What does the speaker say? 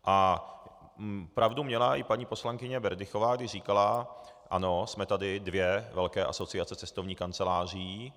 A pravdu měla i paní poslankyně Berdychová, když říkala: Ano, jsme tady dvě velké asociace cestovních kanceláří.